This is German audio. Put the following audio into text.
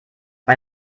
bei